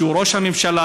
שהוא ראש הממשלה,